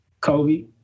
Kobe